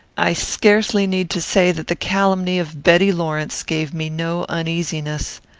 i scarcely need to say that the calumny of betty lawrence gave me no uneasiness.